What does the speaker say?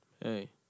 Hey